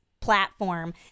platform